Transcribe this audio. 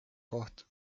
koht